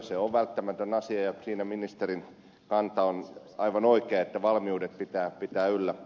se on välttämätön asia ja siinä ministerin kanta on aivan oikea että valmiudet pitää pitää yllä